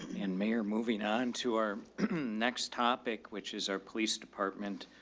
and mayor. moving on to our next topic, which is our police department.